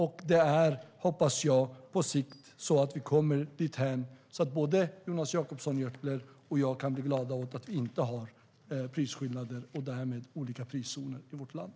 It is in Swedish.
På sikt hoppas jag att vi kommer dithän att både Jonas Jacobsson Gjörtler och jag kan bli glada åt att vi inte har prisskillnader och därmed olika priszoner i vårt land.